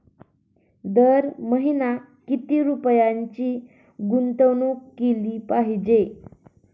दर महिना किती रुपयांची गुंतवणूक केली पाहिजे?